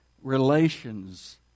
Relations